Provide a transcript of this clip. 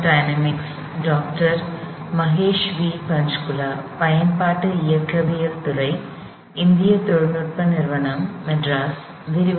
நல்வரவு